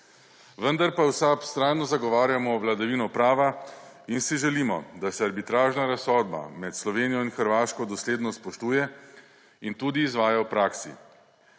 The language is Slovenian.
Vendar pa v SAB vztrajno zagovarjamo vladavino prava in si želimo, da se arbitražna razsodba med Slovenijo in Hrvaško dosledno spoštuje in tudi izvaja v praksi.